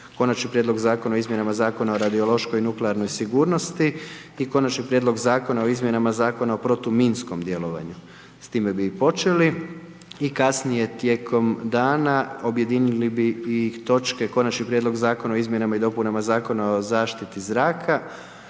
Konačni prijedlog Zakona o izmjenama Zakona o radiološkoj i nuklearnoj sigurnosti, - i Konačni prijedlog Zakona o izmjenama Zakona o protuminskom djelovanju, s time bi i počeli, i kasnije tijekom dana objedinili bi i točke: - Konačni prijedlog Zakona o izmjenama i dopunama Zakona o zaštiti zraka,